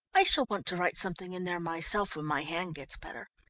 i shall want to write something in there myself when my hand gets better.